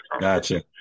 Gotcha